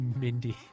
Mindy